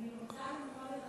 אני רוצה למחוא לך